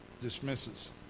Dismisses